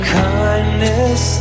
kindness